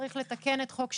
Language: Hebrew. צריך לתקן את חוק השוויון,